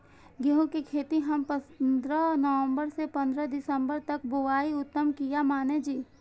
गेहूं के खेती हम पंद्रह नवम्बर से पंद्रह दिसम्बर तक बुआई उत्तम किया माने जी?